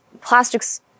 plastics